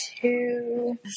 two